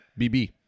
BB